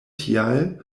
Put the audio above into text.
tial